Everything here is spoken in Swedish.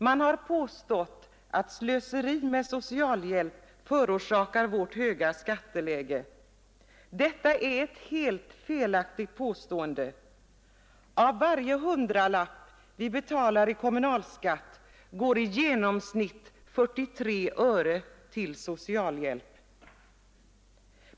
Man har påstått att slöseri med socialhjälp förorsakar vårt höga skatteläge. Detta är ett helt felaktigt påstående. Av varje hundralapp vi betalar i kommunalskatt går i genomsnitt 43 öre till socialhjälp.